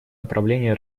направлении